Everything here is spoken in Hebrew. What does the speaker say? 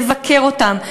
לבקר אותם,